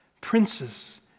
Princes